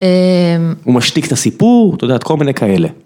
אמ.. הוא משתיק את הסיפור את יודעת כל מיני כאלה.